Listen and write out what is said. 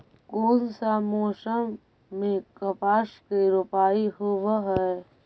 कोन सा मोसम मे कपास के रोपाई होबहय?